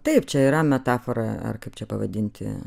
taip čia yra metafora ar kaip čia pavadinti